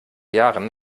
jahren